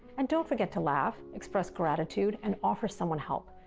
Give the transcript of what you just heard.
and don't forget to laugh, express gratitude, and offer someone help.